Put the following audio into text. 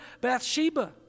Bathsheba